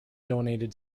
donated